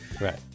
Right